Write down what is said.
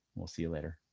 we'll see you later.